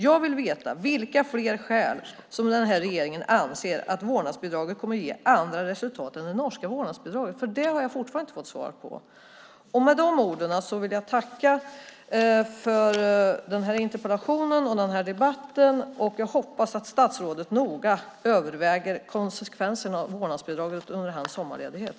Jag vill veta vilka fler skäl det finns till att den här regeringen anser att vårdnadsbidraget kommer att ge andra resultat än det norska vårdnadsbidraget, för det har jag fortfarande inte fått svar på. Med de orden vill jag tacka för den här interpellationen och den här debatten. Jag hoppas att statsrådet noga överväger konsekvenserna av vårdnadsbidraget under sin sommarledighet.